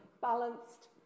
balanced